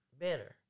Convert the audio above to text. Better